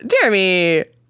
Jeremy